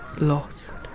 lost